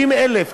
50,000,